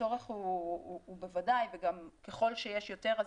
הצורך הוא בוודאי וגם ככל שיש יותר,